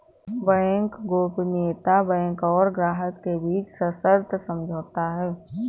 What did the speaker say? bank गोपनीयता bank और ग्राहक के बीच सशर्त समझौता है